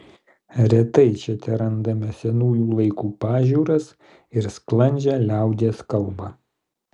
retai čia terandame senųjų laikų pažiūras ir sklandžią liaudies kalbą